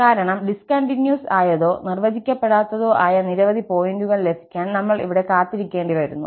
കാരണം ഡിസ്കണ്ടിന്യൂസ് ആയതോ നിർവചിക്കപ്പെടാത്തതോ ആയ നിരവധി പോയിന്റുകൾ ലഭിക്കാൻ നമ്മൾ ഇവിടെ കാത്തിരിക്കേണ്ടി വരുന്നു